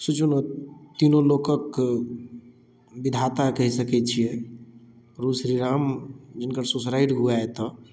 सोचियौ ने तीनू लोकक विधाता कहि सकै छियै प्रभु श्रीराम जिनकर ससुरारि हुए एतऽ